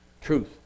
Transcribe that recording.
Truth